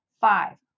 Five